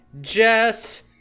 Jess